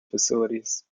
facilities